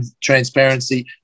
transparency